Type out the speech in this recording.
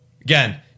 again